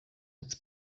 its